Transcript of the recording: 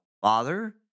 father